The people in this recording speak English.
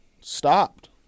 stopped